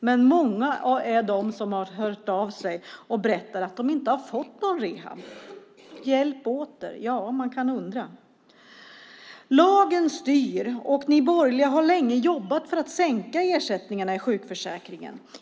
Men många är de som har hört av sig och berättat att de inte har fått någon rehab. Hjälp åter - man kan undra. Lagen styr, och ni borgerliga har länge jobbat för att sänka ersättningarna i sjukförsäkringen.